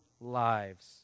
lives